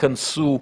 ייכנסו